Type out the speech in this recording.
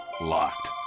locked